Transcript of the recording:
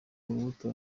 urubuto